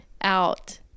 Out